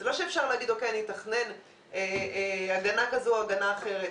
זה לא שאפשר להגיד: אני אתכנן הגנה כזו או הגנה אחרת.